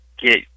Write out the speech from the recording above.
get